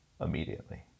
immediately